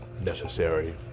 necessary